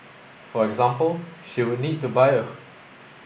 for example she would need to buy